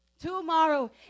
Tomorrow